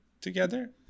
together